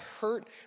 hurt